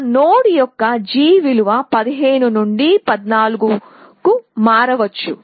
ఆ నోడ్ యొక్క g విలువ 15 నుండి 14 వరకు మారవచ్చు